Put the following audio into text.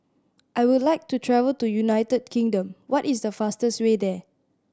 I would like to travel to United Kingdom what is the fastest way there